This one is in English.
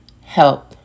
help